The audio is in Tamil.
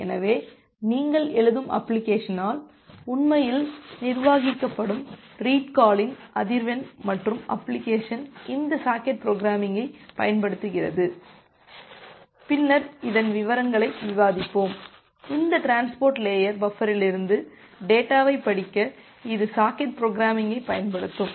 எனவே நீங்கள் எழுதும் அப்ளிகேஷனால் உண்மையில் நிர்வகிக்கப்படும் ரீட் காலின் அதிர்வெண் மற்றும் அப்ளிகேஷன் இந்த சாக்கெட் புரோகிராமிங்கை பயன்படுத்துகிறது பின்னர் விவரங்களை விவாதிப்போம் இந்த டிரான்ஸ்போர்ட் லேயர் பஃபரலிருந்து டேட்டாவைப் படிக்க இது சாக்கெட் புரோகிராமிங்கைப் பயன்படுத்தும்